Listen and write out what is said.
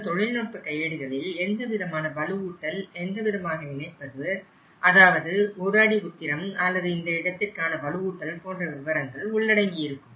இந்த தொழில்நுட்ப கையேடுகளில் எந்தவிதமான வலுவூட்டல் எந்த விதமாக இணைப்பது அதாவது 1 அடி உத்திரம் அல்லது இந்த இடத்திற்கான வலுவூட்டல் போன்ற விவரங்கள் உள்ளடங்கியிருக்கும்